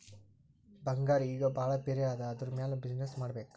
ಬಂಗಾರ್ ಈಗ ಭಾಳ ಪಿರೆ ಅದಾ ಅದುರ್ ಮ್ಯಾಲ ಬಿಸಿನ್ನೆಸ್ ಮಾಡ್ಬೇಕ್